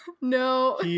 No